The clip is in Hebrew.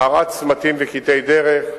הארת צמתים וקטעי דרך,